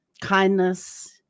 kindness